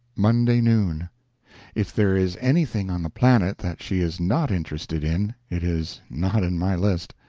monday noon if there is anything on the planet that she is not interested in it is not in my list.